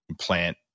plant